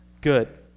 good